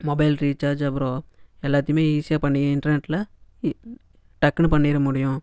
mobile recharge அப்புறோம் எல்லாத்தையுமே ஈஸியாக பண்ணிக்க இன்ட்ரநெட்டில் இ டக்குன்னு பண்ணிற முடியும்